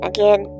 Again